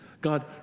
God